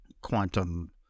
quantum